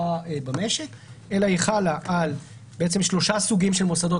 במשק אלא היא חלה על שלושה סוגים של מוסדות